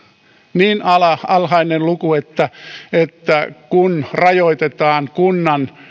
niin alhainen luku kun rajoitetaan kunnan